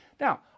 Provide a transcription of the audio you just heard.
Now